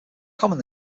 common